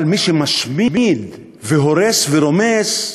אבל מי שמשמיד, הורס ורומס,